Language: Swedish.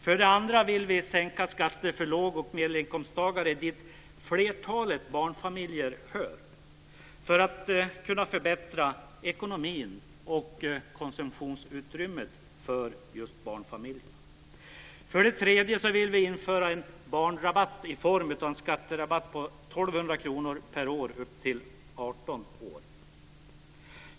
För det andra vill vi sänka skatter för låg och medelinkomsttagare, dit flertalet barnfamiljer hör, för att kunna förbättra ekonomin och konsumtionsutrymmet för just barnfamiljer. För det tredje vill vi införa en "barnrabatt" i form av en skatterabatt på 1 200 kr per år upp till 18 år.